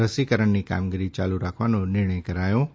રસીકરણની કામગીરી ચાલુ રાખવાનો નિર્ણય કરાયો છે